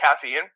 caffeine